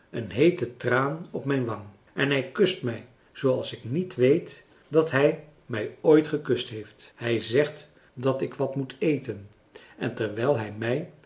een heeten traan op mijn wang en hij kust mij zooals ik niet weet dat hij mij ooit gekust heeft hij zegt dat ik wat moet eten en terwijl hij mij